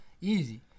Easy